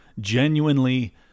genuinely